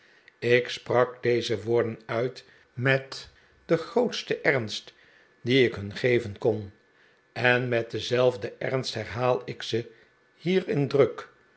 ik sprak deze woorden uit met den grootsten ernst dien ik hun geven kon en met denzelfden ernst herhaal ik ze hier in druk